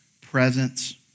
presence